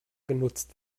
genutzt